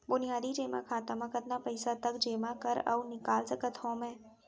बुनियादी जेमा खाता म कतना पइसा तक जेमा कर अऊ निकाल सकत हो मैं?